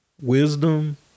Wisdom